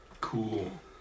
Cool